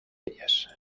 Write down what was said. ellas